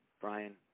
Brian